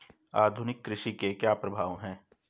आधुनिक कृषि के क्या प्रभाव हैं?